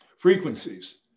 Frequencies